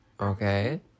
Okay